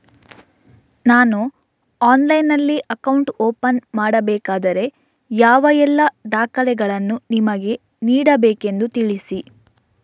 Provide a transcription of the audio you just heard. ನಾನು ಆನ್ಲೈನ್ನಲ್ಲಿ account open ಮಾಡಬೇಕಾದರೆ ಯಾವ ಎಲ್ಲ ದಾಖಲೆಗಳನ್ನು ನಿಮಗೆ ನೀಡಬೇಕೆಂದು ತಿಳಿಸಿ?